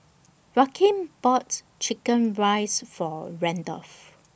Rakeem bought Chicken Rice For Randolf